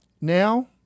now